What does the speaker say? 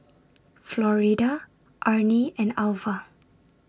Florida Arnie and Alvah